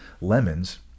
lemons